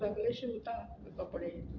सगळें शिवतां कपडे